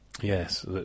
yes